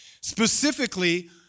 Specifically